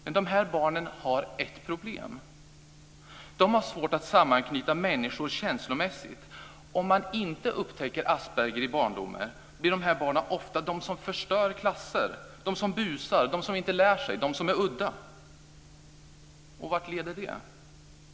Men dessa barn har ett problem. De har svårt att sammanknyta människor känslomässigt. Om man inte upptäcker Asperger i barndomen blir de här barnen ofta de som förstör klasser, de som busar, de som inte lär sig, de som är udda. Och vart leder det?